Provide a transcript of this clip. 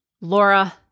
Laura